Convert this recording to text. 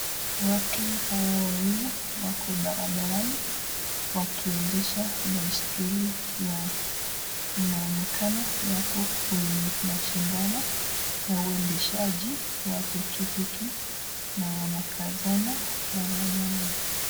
Watu hawa wawili wako barabarani wakiendesha baiskeli yao. Inaonekana wako kwenye mashindano ya uendeshaji wa pikipiki na wanakazana barabarani.